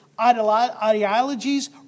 Ideologies